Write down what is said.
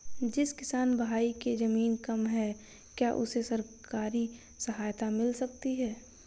जिस किसान भाई के ज़मीन कम है क्या उसे सरकारी सहायता मिल सकती है?